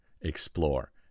explore